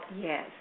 Yes